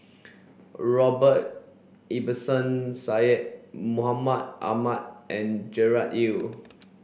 Robert Ibbetson Syed Mohamed Ahmed and Gerard Ee